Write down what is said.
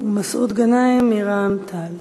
ומסעוד גנאים מרע"ם-תע"ל.